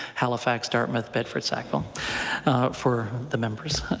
halifax, dartmouth, bedford, sackville for the members.